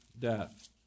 death